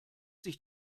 sich